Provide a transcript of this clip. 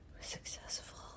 successful